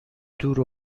دور